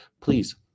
Please